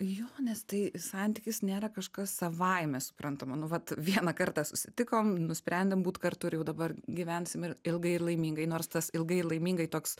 jo nes tai santykis nėra kažkas savaime suprantama nu vat vieną kartą susitikom nusprendėm būt kartu ir jau dabar gyvensim ir ilgai ir laimingai nors tas ilgai ir laimingai toks